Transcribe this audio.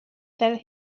fel